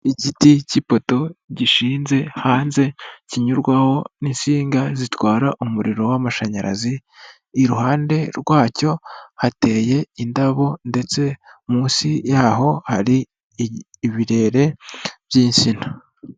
Igiti cy'ipoto gishinze hanze kinyurwaho n'insinga zitwara umuriro w'amashanyarazi, iruhande rwacyo hateye indabo ndetse munsi yaho hari ibirere by'insina.